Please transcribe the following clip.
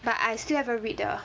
but I still haven't read the